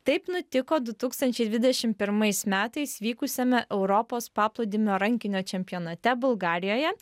taip nutiko du tūkstančiai dvidešimt pirmais metais vykusiame europos paplūdimio rankinio čempionate bulgarijoje